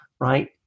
right